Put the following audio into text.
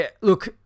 Look